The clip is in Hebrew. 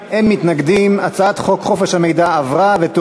הצעת חוק חופש המידע (תיקון,